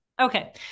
Okay